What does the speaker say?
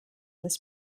this